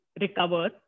recover